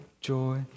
joy